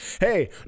Hey